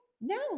No